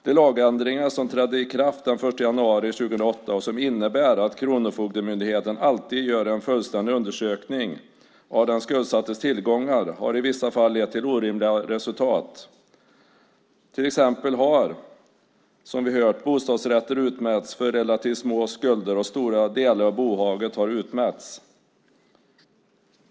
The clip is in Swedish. De lagändringar som trädde i kraft den 1 januari 2008 och som innebär att Kronofogdemyndigheten alltid gör en fullständig undersökning av den skuldsattes tillgångar har i vissa fall lett till orimliga resultat. Till exempel har, som vi hörde, bostadsrätter utmätts för relativt små skulder, och stora delar av bohaget har utmätts.